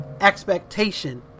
expectation